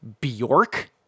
Bjork